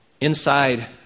inside